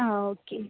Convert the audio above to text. ആ ഓക്കെ